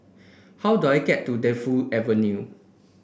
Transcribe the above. how do I get to Defu Avenue